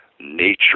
nature